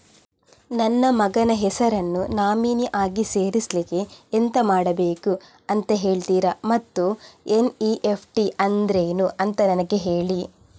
ನನ್ನ ಮಗನ ಹೆಸರನ್ನು ನಾಮಿನಿ ಆಗಿ ಸೇರಿಸ್ಲಿಕ್ಕೆ ಎಂತ ಮಾಡಬೇಕು ಅಂತ ಹೇಳ್ತೀರಾ ಮತ್ತು ಎನ್.ಇ.ಎಫ್.ಟಿ ಅಂದ್ರೇನು ಅಂತ ನನಗೆ ಹೇಳಿ